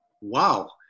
Wow